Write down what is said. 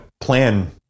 plan